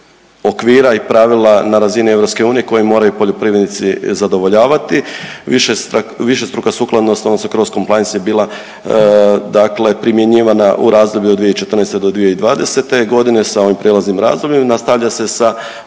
okvira i pravila na razini EU koje moraju poljoprivrednici zadovoljavati. Višestruka sukladnost odnosno cross-complaints je bila dakle primjenjivana u razdoblju od 2014. do 2020.g. sa ovim prijelaznim razdobljima,